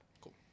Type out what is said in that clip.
cool